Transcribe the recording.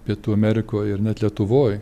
pietų amerikoj ir net lietuvoj